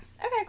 Okay